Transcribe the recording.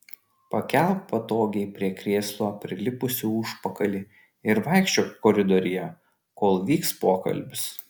pakelk patogiai prie krėslo prilipusį užpakalį ir vaikščiok koridoriuje kol vyks pokalbis